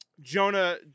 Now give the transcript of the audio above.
Jonah